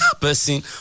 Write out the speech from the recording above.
person